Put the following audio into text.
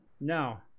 No